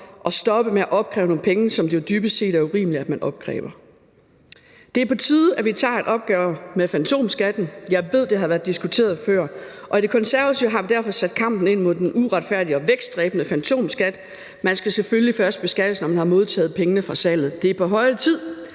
at stoppe med at opkræve nogle penge, som det dybest set er urimeligt at man opkræver. Det er på tide, at vi tager et opgør med fantomskatten. Jeg ved, det har været diskuteret før, og hos De Konservative har vi derfor sat kampen ind mod den uretfærdige og vækstdræbende fantomtopskat. Man skal selvfølgelig først beskattes, når man har modtaget pengene fra salget. Det er på høje tid,